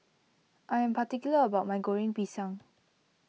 I am particular about my Goreng Pisang